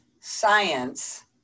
science